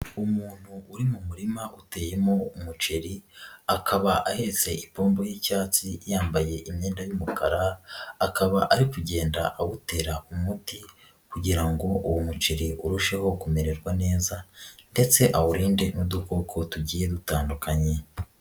UImuntu uri mu murima uteyemo umuceri akaba ahetse ipombo y'icyatsi yambaye imyenda y'umukara, akaba ari kugenda awutera umuti kugira ngo uwo muceri urusheho kumererwa neza ndetse awurinde n'udukoko tugiye dutandukanye.